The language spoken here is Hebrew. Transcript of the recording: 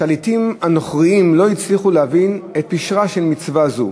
השליטים הנוכרים לא הצליחו להבין את פשרה של מצווה זו.